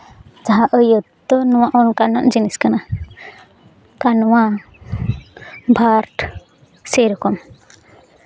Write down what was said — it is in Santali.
ᱡᱟᱦᱟᱸ ᱟᱹᱭᱟᱹᱛ ᱫᱚ ᱱᱚᱣᱟ ᱚᱱᱠᱟᱱᱟᱜ ᱡᱤᱱᱤᱥ ᱠᱟᱱᱟ ᱟᱨ ᱱᱚᱣᱟ ᱵᱷᱟᱨᱵᱽ ᱥᱮ ᱨᱚᱠᱚᱢ